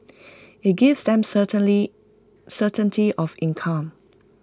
IT gives them certainly certainty of income